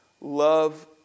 Love